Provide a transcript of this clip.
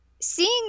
Seeing